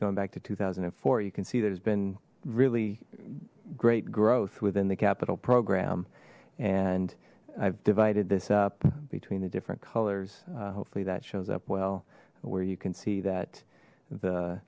back to two thousand and four you can see there's been really great growth within the capital program and i've divided this up between the different colors hopefully that shows up well where you can see that the